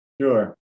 Sure